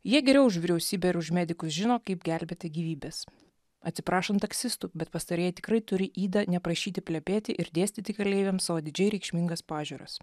jie geriau už vyriausybę ir už medikus žino kaip gelbėti gyvybes atsiprašom taksistų bet pastarieji tikrai turi ydą neprašyti plepėti ir dėstyti keleiviams savo didžiai reikšmingas pažiūras